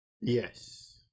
Yes